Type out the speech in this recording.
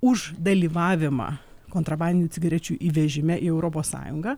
už dalyvavimą kontrabandinių cigarečių įvežime į europos sąjungą